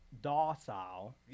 docile